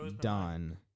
done